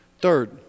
Third